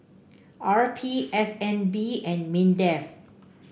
R P S N B and Mindef